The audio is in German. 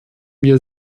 wir